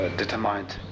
determined